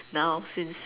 now since